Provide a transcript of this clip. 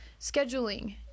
scheduling